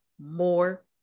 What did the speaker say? more